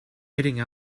heading